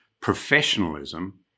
professionalism